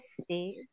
stage